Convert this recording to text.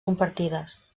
compartides